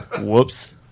Whoops